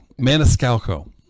Maniscalco